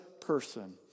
person